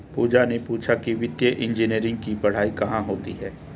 पूजा ने पूछा कि वित्तीय इंजीनियरिंग की पढ़ाई कहाँ होती है?